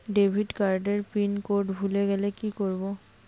Debit card এর pin code ভুলে গেলে কি করব?